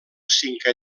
cinquè